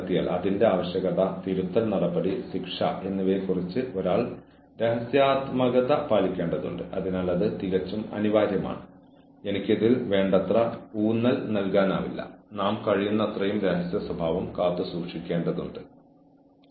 കൂടാതെ നിങ്ങൾ നൽകുന്ന ശിക്ഷ നൽകേണ്ടതിനേക്കാൾ വളരെ കൂടുതലാണോ അതോ ഉണ്ടായിരിക്കേണ്ടതിനേക്കാൾ വളരെ കുറവാണോ അല്ലെങ്കിൽ അത് ശരിയാണോ അത് വാറന്റ് ചെയ്തിട്ടുണ്ടോ